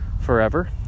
forever